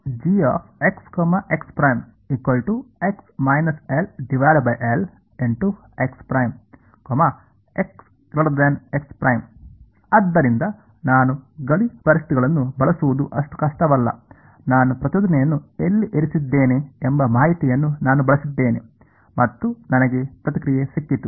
ಆದ್ದರಿಂದ ನಾನು ಗಡಿ ಪರಿಸ್ಥಿತಿಗಳನ್ನು ಬಳಸುವುದು ಅಷ್ಟು ಕಷ್ಟವಲ್ಲ ನಾನು ಪ್ರಚೋದನೆಯನ್ನು ಎಲ್ಲಿ ಇರಿಸಿದ್ದೇನೆ ಎಂಬ ಮಾಹಿತಿಯನ್ನು ನಾನು ಬಳಸಿದ್ದೇನೆ ಮತ್ತು ನನಗೆ ಪ್ರತಿಕ್ರಿಯೆ ಸಿಕ್ಕಿತು